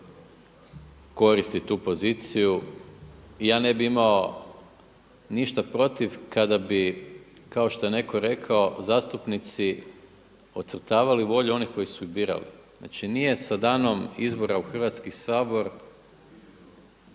koristi tu poziciju. I ja ne bih imao ništa protiv kada bi kao što je netko rekao zastupnici ocrtavali volju onih koji su ih birali. Znači sa danom izbora u Hrvatski sabor,